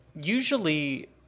Usually